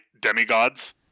demigods